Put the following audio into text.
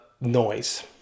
noise